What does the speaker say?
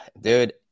dude